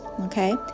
okay